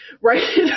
right